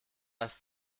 ist